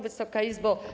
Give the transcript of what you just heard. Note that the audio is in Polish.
Wysoka Izbo!